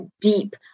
deep